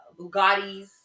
Bugattis